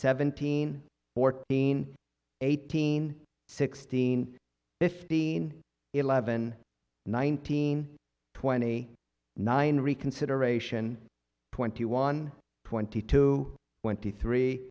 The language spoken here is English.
seventeen fourteen eighteen sixteen fifteen eleven nineteen twenty nine reconsideration twenty one twenty two twenty three